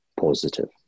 positive